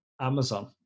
Amazon